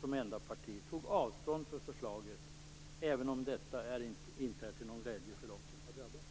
som enda parti tog avstånd från förslaget, även om detta inte är till någon glädje för dem som har drabbats.